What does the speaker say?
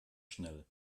schnell